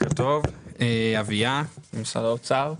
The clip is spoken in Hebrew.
בוקר טוב, אביה ממשרד האוצר.